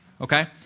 Okay